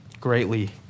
greatly